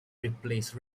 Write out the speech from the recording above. replaced